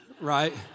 right